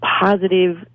positive